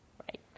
right